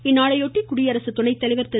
இந்நாளையொட்டி குடியரசு துணை தலைவர் திரு